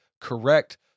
correct